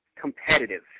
competitive